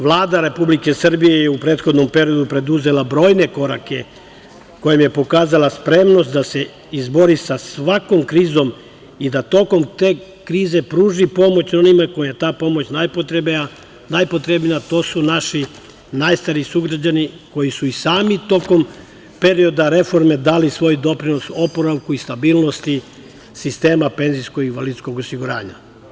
Vlada Republike Srbije je u prethodnom periodu preduzela brojne korake kojim je pokazala spremnost da se izbori sa svakom krizom i da tokom te krize pruži pomoć onima kojima je ta pomoć najpotrebnija, a to su naši najstariji sugrađani, koji su i sami tokom perioda reformi, dali svoj doprinos oporavku i stabilnosti sistema penzijskog i invalidskog osiguranja.